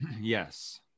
Yes